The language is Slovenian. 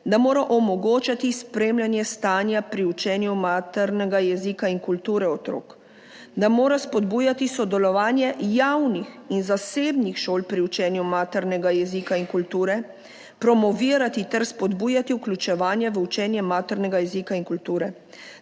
da mora omogočati spremljanje stanja pri učenju maternega jezika in kulture otrok, da mora spodbujati sodelovanje javnih in zasebnih šol pri učenju maternega jezika in kulture, promovirati ter spodbujati vključevanje v učenje maternega jezika in kulture,